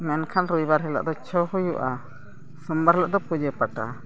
ᱢᱮᱱᱠᱷᱟᱱ ᱨᱚᱵᱤᱵᱟᱨ ᱦᱤᱞᱳᱜ ᱫᱚ ᱪᱷᱳ ᱦᱩᱭᱩᱜᱼᱟ ᱥᱳᱢᱵᱟᱨ ᱦᱤᱞᱳᱜ ᱫᱚ ᱯᱩᱡᱟᱹ ᱯᱟᱴᱟ